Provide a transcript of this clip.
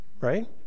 right